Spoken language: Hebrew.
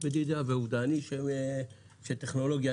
אני שטכנולוגיה,